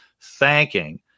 thanking